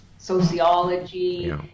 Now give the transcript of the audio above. sociology